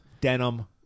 Denim